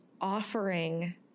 offering